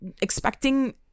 expecting